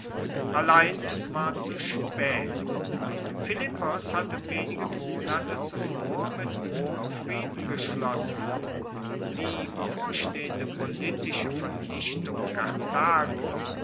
allein es war zu spaet philippos hatte wenige monate zuvor mit rom frieden geschlossen die bevorstehende politische vernichtung karthagos